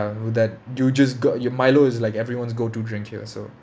that you just got your Milo is like everyone's go to drink here so